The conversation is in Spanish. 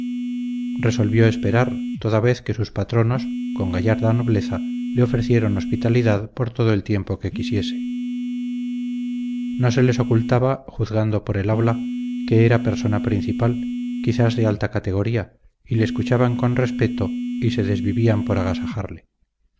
resolvió esperar toda vez que sus patronos con gallarda nobleza le ofrecieron hospitalidad por todo el tiempo que quisiese no se les ocultaba juzgando por el habla que era persona principal quizás de alta categoría y le escuchaban con respeto y se desvivían por agasajarle